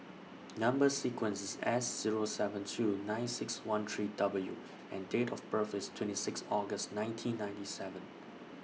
Number sequence IS S Zero seven two nine six one three W and Date of birth IS twenty six August nineteen ninety seven